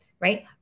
right